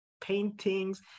paintings